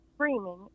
screaming